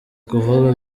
kuvuga